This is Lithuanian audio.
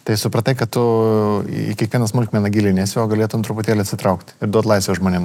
tai supratai kad tu į kiekvieną smulkmeną giliniesi jo galėtum truputėlį atsitraukt ir duot laisvę žmonėms